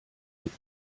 mit